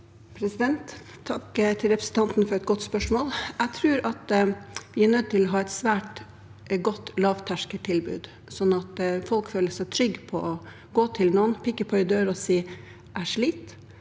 Takk til representanten for et godt spørsmål. Jeg tror at vi er nødt til å ha et svært godt lavterskeltilbud, sånn at folk føler seg trygge på å gå til noen, banke på en dør og si at de sliter,